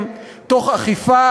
משפט אחרון בבקשה.